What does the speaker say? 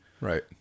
right